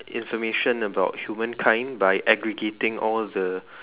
information about human kind by aggregating all the